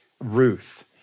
Ruth